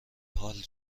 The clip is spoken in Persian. حال